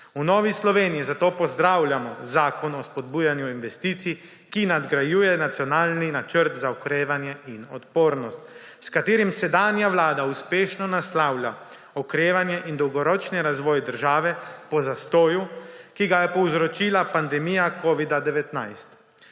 V Novi Sloveniji zato pozdravljamo Zakon o spodbujanju investicij, ki nadgrajujejo nacionalni Načrt za okrevanje in odpornost, s katerim sedanja Vlada uspešno naslavlja okrevanje in dolgoročni razvoj države po zastoju, ki ga je povzročila pandemija covida-19.